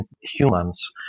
humans